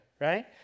right